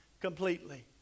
completely